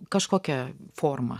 kažkokia forma